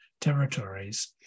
territories